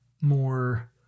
more